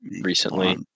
recently